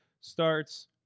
starts